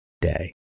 day